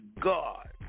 God